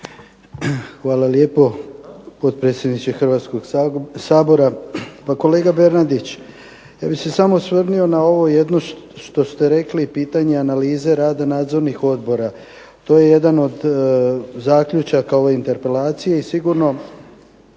Hvala lijepo, potpredsjedniče Hrvatskoga sabora. Pa kolega Bernardić, ja bih se samo osvrnuo na ovo jedno što ste rekli pitanje analize rada nadzornih odbora. To je jedan od zaključaka ove interpelacije i sigurno